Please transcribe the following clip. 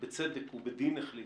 ובצדק ובדין החליטה,